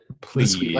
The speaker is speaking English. Please